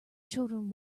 children